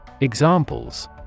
Examples